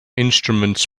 instruments